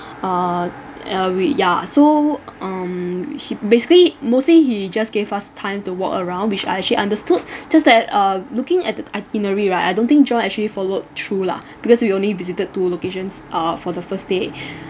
uh we ya so um he basically mostly he just gave us time to walk around which I actually understood just that uh looking at the itinerary right I don't think john actually followed through lah because we only visited two locations uh for the first day